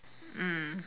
mm